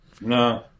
No